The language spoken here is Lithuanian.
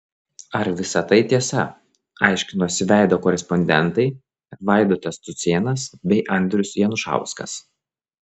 ar visa tai tiesa aiškinosi veido korespondentai vaidotas cucėnas bei andrius janušauskas